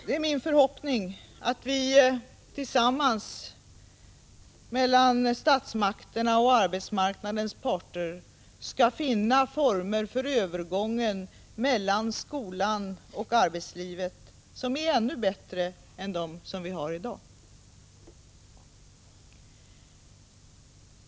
Det är min förhoppning att vi tillsammans med statsmakterna och arbetsmarknadens parter skall kunna finna former för övergången från skolan till arbetslivet som är ännu bättre än dem som vi har i dag.